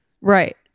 Right